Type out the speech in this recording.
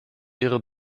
ihre